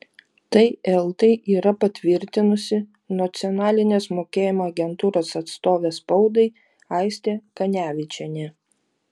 tai eltai yra patvirtinusi nacionalinės mokėjimo agentūros atstovė spaudai aistė kanevičienė